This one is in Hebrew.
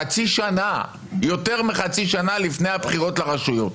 חצי שנה, יותר מחצי שנה לפני הבחירות לרשויות.